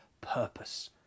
purpose